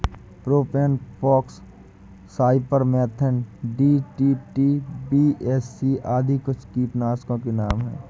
propane fox, cypermethrin, DDT, BHC आदि कुछ कीटनाशकों के नाम हैं